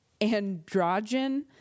androgen